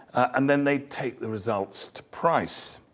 and then they'd take the results to price.